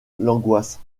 l’angoisse